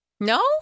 No